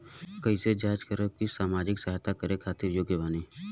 हम कइसे जांच करब की सामाजिक सहायता करे खातिर योग्य बानी?